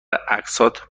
اقساط